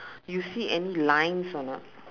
you see any lines or not